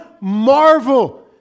marvel